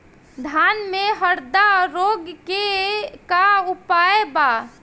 धान में हरदा रोग के का उपाय बा?